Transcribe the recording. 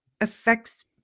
affects